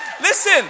Listen